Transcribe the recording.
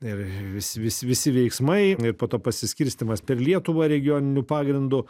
ir visi visi veiksmai ir po to pasiskirstymas per lietuvą regioniniu pagrindu